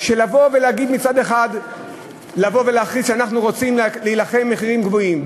שלבוא ולהגיד מצד אחד שאנחנו רוצים להילחם במחירים הגבוהים,